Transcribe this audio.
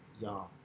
y'all